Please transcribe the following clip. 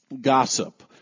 gossip